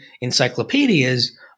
encyclopedias